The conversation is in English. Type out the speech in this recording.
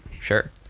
sure